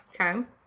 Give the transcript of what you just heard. Okay